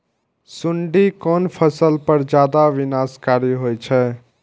सुंडी कोन फसल पर ज्यादा विनाशकारी होई छै?